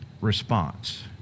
response